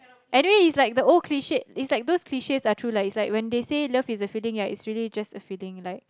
anyway it's like the old cliched it's like those cliches are true lah it's like when they say love is a feeling right it's really just feeling like